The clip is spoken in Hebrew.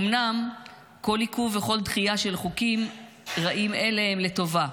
אומנם כל עיכוב וכל דחייה של חוקים רעים אלה הם לטובה.